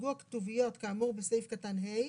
יוצגו הכתוביות כאמור בסעיף קטן (ה)